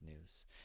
news